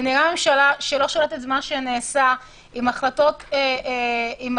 ונראה שהממשלה לא שולטת במה שנעשה עם החלטות בשליפה,